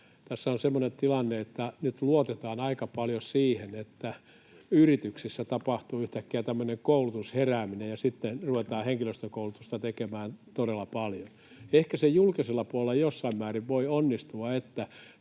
Tässä on semmoinen tilanne, että nyt luotetaan aika paljon siihen, että yrityksissä tapahtuu yhtäkkiä tämmöinen koulutusherääminen ja sitten ruvetaan henkilöstökoulutusta tekemään todella paljon. Ehkä se julkisella puolella jossain määrin voi onnistua,